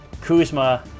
Kuzma